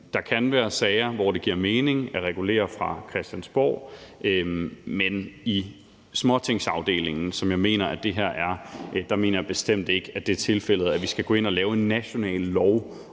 Der kan være sager, hvor det giver mening at regulere fra Christiansborg, men når det er i småtingsafdelingen, som jeg mener det her er, mener jeg bestemt ikke, at det er tilfældet, at vi skal gå ind og lave en national lov,